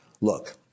Look